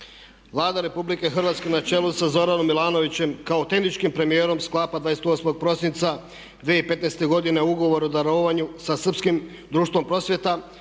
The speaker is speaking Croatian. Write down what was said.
Vlada RH na čelu sa Zoranom Milanovićem kao tehničkim premijerom sklapa 28.prosinca 2015. godine Ugovor o darovanju sa Srpskim društvom prosvjeta.